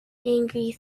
angry